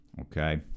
okay